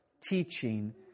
teaching